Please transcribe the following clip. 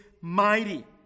mighty